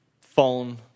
phone